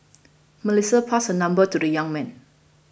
Melissa passed her number to the young man